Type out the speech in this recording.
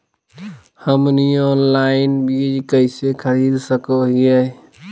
हमनी ऑनलाइन बीज कइसे खरीद सको हीयइ?